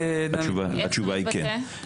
התשובה היא: כן.